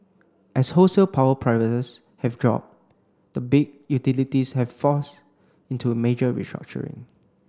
as wholesale power prices have dropped the big utilities have forced into major restructuring